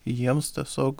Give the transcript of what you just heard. jiems tiesiog